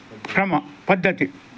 ಕ್ರಮ ಪದ್ಧತಿ